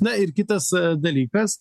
na ir kitas dalykas